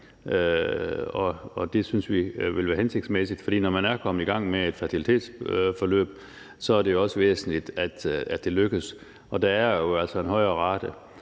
og det synes vi vil være hensigtsmæssigt. For når man er kommet i gang med et fertilitetsforløb, er det jo også væsentligt, at det lykkes, og der er jo altså en højere rate,